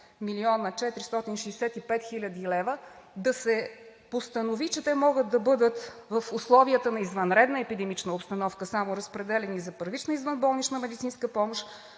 млн. 465 хил. лв., да се постанови, че те могат в условията на извънредна епидемична обстановка само да бъдат разпределени за първична извънболнична медицинска помощ,